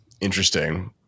interesting